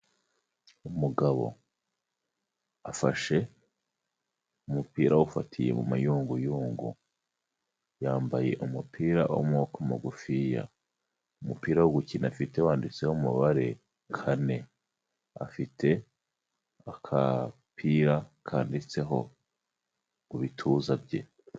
Umugabo afashe umupira awufatiye mu mayunguyungu, yambaye umupira w'amaboko magufiya, umupira wo gukina afite wanditseho umubare kane, afite agapira kanditseho mu bituza bye.